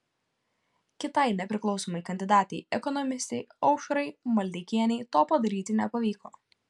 kitai nepriklausomai kandidatei ekonomistei aušrai maldeikienei to padaryti nepavyko